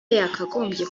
yakagombye